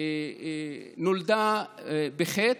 נולדה לחטא,